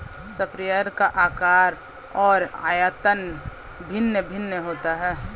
sprayer का आकार और आयतन भिन्न भिन्न होता है